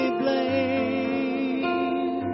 blame